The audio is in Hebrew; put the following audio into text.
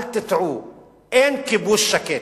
אל תטעו, אין כיבוש שקט.